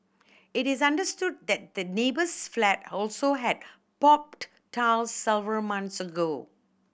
it is understood that the neighbour's flat also had popped tiles several months ago